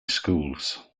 schools